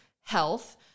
health